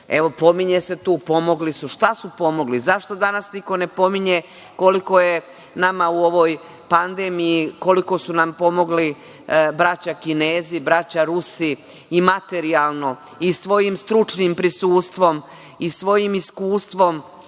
pominje se tu – pomogli su. Šta su pomogli? Zašto danas niko ne pominje koliko su nama u ovoj pandemiji pomogli braća Kinezi, braća Rusi, i materijalno i svojim stručnim prisustvom i svojim iskustvom?